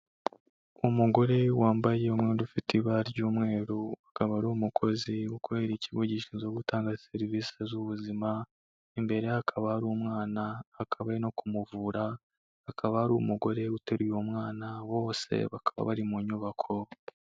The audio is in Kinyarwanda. Umugore wambaye umwenda ufite ibara ry'umweru, akaba ari umukozi ukorera ikigo gishinzwe gutanga serivisi z'ubuzima, imbere ye hakaba hari umwana, bakaba bari no kumuvura, hakaba hari umugore uteruye umwana bose bakaba bari mu nyubako.